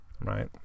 Right